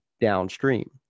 downstream